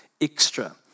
extra